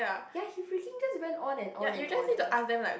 ya he freaking just went on and on and on eh